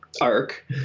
arc